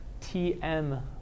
Tm